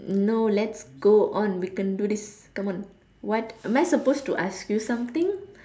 no let's go on we can do this come on what am I suppose to ask you something